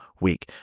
week